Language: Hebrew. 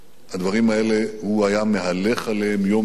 הדברים האלה, הוא היה מהלך עליהם יום-יום,